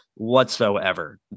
whatsoever